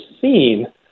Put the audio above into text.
seen